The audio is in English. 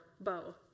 bow